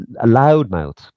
loudmouth